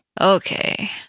Okay